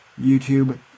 YouTube